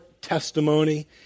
testimony